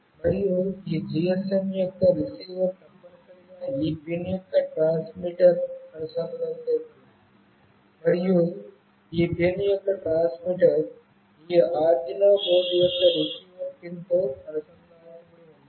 మరియు ఈ GSM యొక్క రిసీవర్ తప్పనిసరిగా ఈ పిన్ యొక్క ట్రాన్స్మిటర్ను అనుసంధానించాలి మరియు ఈ పిన్ యొక్క ట్రాన్స్మిటర్ ఈ Arduino బోర్డు యొక్క రిసీవర్ పిన్తో అనుసంధానించబడి ఉండాలి